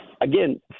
again